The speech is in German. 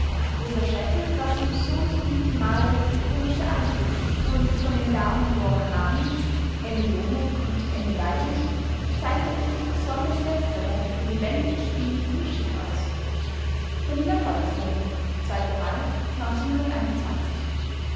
rosa schäffel war zum soundsovielten male die komische alte und von den damen dora harnisch emmy loneck und emmy weidlich zeichnete sich besonders letztere durch lebendiges spiel und schick aus berliner volks-zeitung mai